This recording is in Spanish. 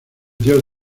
dios